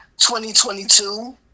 2022